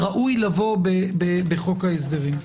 ראוי לבוא בחוק ההסדרים.